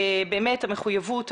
באמת המחויבות,